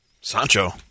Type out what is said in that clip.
Sancho